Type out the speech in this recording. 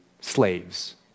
slaves